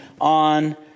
on